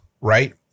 right